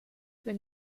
für